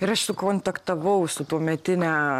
ir aš sukontaktavau su tuometine